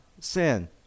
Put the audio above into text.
sin